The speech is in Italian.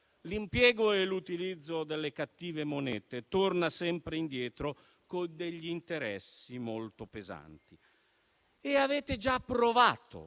l'impiego e l'utilizzo delle cattive monete torna sempre indietro con degli interessi molto pesanti. Avete già provato